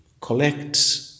collect